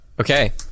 Okay